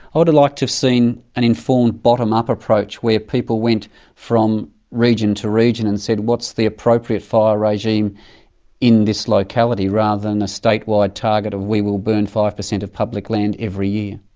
ah to have seen an informed bottom-up approach where people went from region to region and said what's the appropriate fire regime in this locality, rather than a state-wide target of we will burn five percent of public land every year.